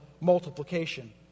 multiplication